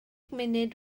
munud